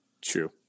True